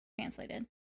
translated